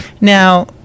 Now